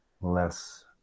Less